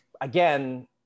Again